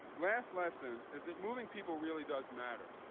last lesson is that moving people really does matter.